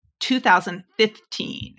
2015